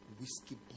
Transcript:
whiskey